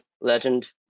legend